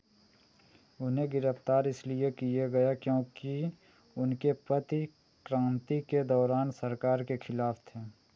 उन्हें गिरफ़्तार इसलिए किया गया क्योंकि उनके पति क्रांति के दौरान सरकार के ख़िलाफ़ थे